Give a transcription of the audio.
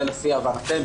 זה לפי הבנתנו.